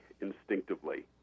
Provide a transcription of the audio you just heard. instinctively